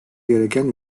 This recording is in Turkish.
gereken